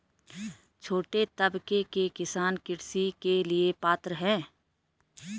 छोटे तबके के किसान कृषि ऋण के लिए पात्र हैं?